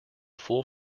full